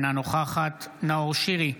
אינה נוכחת נאור שירי,